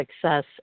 success